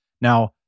Now